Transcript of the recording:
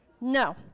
No